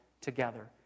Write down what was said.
together